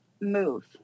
move